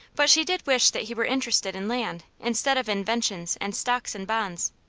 but she did wish that he were interested in land, instead of inventions and stocks and bonds.